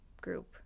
group